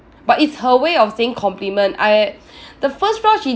but it's her way of saying compliment I the first round she